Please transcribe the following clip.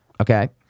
Okay